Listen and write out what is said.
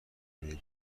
میره